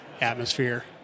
atmosphere